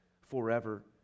forever